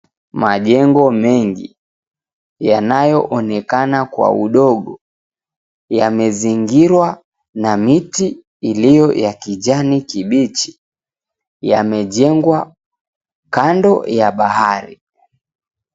Majengo mengi yanayoonekana kwa udogo yamezingirwa na miti iliyo ya kijani kibichi, yamejengwa kando ya bahari.